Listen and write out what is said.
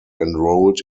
enrolled